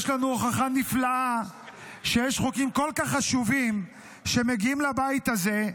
יש לנו הוכחה נפלאה שיש חוקים כל כך חשובים שמגיעים לבית הזה,